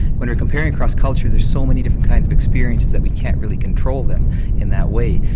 when comparing across cultures there's so many different kinds of experiences that we can't really control them in that way,